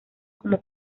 como